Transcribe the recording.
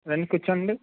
రండి కూర్చోండి